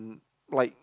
like